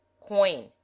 coin